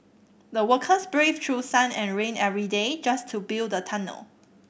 the workers braved through sun and rain every day just to build the tunnel